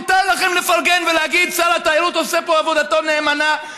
מותר לכם לפרגן ולהגיד: שר התיירות עושה פה את עבודתו נאמנה.